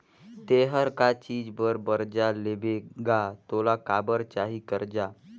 ते हर का चीच बर बरजा लेबे गा तोला काबर चाही करजा